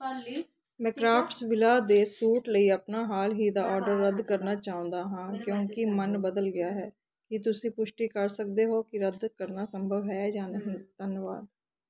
ਮੈਂ ਕਰਾਫਟਸਵਿਲਾ ਦੇ ਸੂਟ ਲਈ ਆਪਣਾ ਹਾਲ ਹੀ ਦਾ ਆਰਡਰ ਰੱਦ ਕਰਨਾ ਚਾਹੁੰਦਾ ਹਾਂ ਕਿਉਂਕਿ ਮਨ ਬਦਲ ਗਿਆ ਹੈ ਕੀ ਤੁਸੀਂ ਪੁਸ਼ਟੀ ਕਰ ਸਕਦੇ ਹੋ ਕਿ ਰੱਦ ਕਰਨਾ ਸੰਭਵ ਹੈ ਜਾਂ ਨਹੀਂ ਧੰਨਵਾਦ